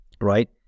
right